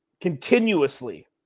continuously